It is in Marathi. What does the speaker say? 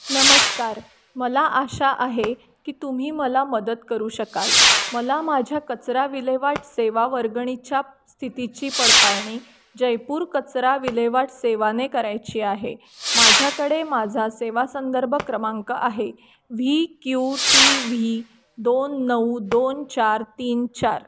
नमस्कार मला आशा आहे की तुम्ही मला मदत करू शकाल मला माझ्या कचरा विल्हेवाट सेवा वर्गणीच्या स्थितीची पडताळणी जयपूर कचरा विल्हेवाट सेवाने करायची आहे माझ्याकडे माझा सेवासंदर्भ क्रमांक आहे व्ही क्यू टी व्ही दोन नऊ दोन चार तीन चार